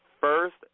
first